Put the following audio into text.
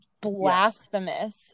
blasphemous